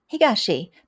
Higashi